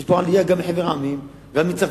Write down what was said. יש פה עלייה גם מחבר המדינות, גם מצרפת,